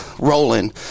Rolling